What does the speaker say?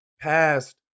past